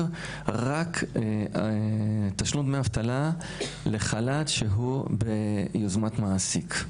רק תשלום דמי אבטלה לחל"ת שהוא ביוזמת מעסיק.